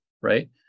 right